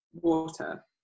water